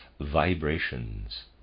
vibrations